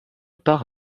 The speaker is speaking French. part